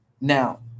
Now